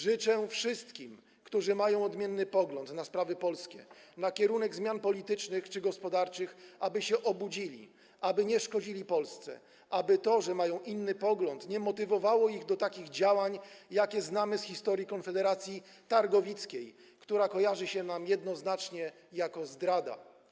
Życzę wszystkim, którzy mają odmienny pogląd na sprawy polskie, na kierunek zmian politycznych czy gospodarczych, aby się obudzili, aby nie szkodzili Polsce, aby to, że mają inny pogląd, nie motywowało ich do takich działań, jakie znamy z historii konfederacji targowickiej, która kojarzy się nam jednoznacznie - jako zdrada.